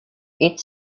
its